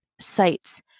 sites